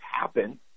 happen